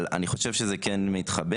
אבל אני חושב שזה כן מתחבר.